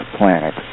planet